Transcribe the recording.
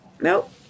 Nope